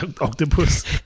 octopus